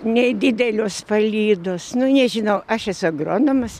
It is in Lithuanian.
nei didelios palydos nu nežinau aš esu agronomas